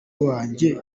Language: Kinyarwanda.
wanjye